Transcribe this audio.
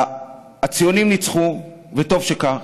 הציונים ניצחו, וטוב שכך,